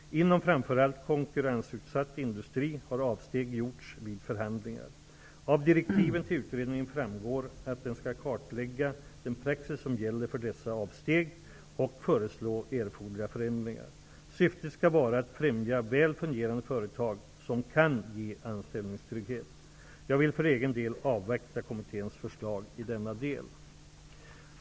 Inom framför allt konkurrensutsatt industri har avsteg gjorts vid förhandlingar. Av direktiven till utredningen framgår att den skall kartlägga den praxis som gäller för dessa avsteg och föreslå erforderliga förändringar. Syftet skall vara att främja väl fungerande företag som kan ge anställningstrygghet. Jag vill för egen del avvakta kommitténs förslag i denna del.